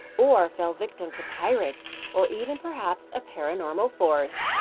or fell victim to pirates or even, perhaps, a paranormal force.